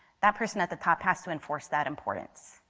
that person at the top has to enforce that importance.